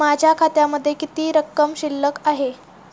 माझ्या खात्यामध्ये किती रक्कम शिल्लक आहे?